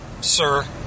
sir